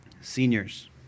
Seniors